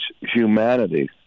humanity